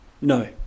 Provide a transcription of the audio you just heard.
No